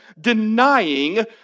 denying